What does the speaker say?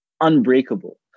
unbreakable